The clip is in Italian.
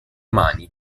mani